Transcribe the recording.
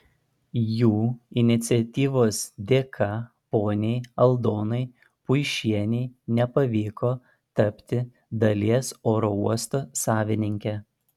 jų iniciatyvos dėka poniai aldonai puišienei nepavyko tapti dalies oro uosto savininke